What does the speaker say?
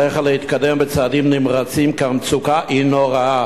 עליך להתקדם בצעדים נמרצים, כי המצוקה היא נוראה